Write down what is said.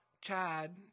Chad